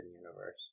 Universe